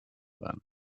sein